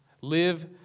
live